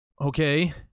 okay